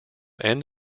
end